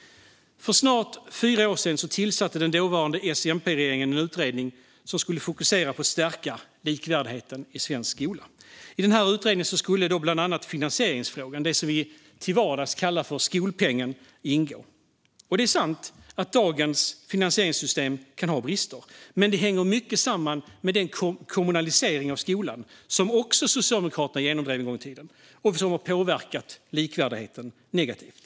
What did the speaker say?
För snart fyra år sedan tillsatte den dåvarande S-MP-regeringen en utredning som skulle fokusera på att stärka likvärdigheten i svensk skola. I den utredningen skulle bland annat finansieringsfrågan - det som vi till vardags kallar skolpengen - ingå. Det är sant att dagens finansieringssystem kan ha brister, men det hänger mycket samman med den kommunalisering av skolan som Socialdemokraterna genomdrev en gång i tiden och som har påverkat likvärdigheten negativt.